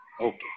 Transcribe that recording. Okay